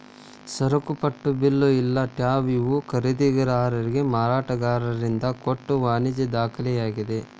ಸರಕುಪಟ್ಟ bill ಇಲ್ಲಾ tab ಇವು ಖರೇದಿದಾರಿಗೆ ಮಾರಾಟಗಾರರಿಂದ ಕೊಟ್ಟ ವಾಣಿಜ್ಯ ದಾಖಲೆಯಾಗಿದೆ